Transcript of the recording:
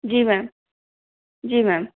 जी ma'am जी ma'am